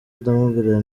ndamubwira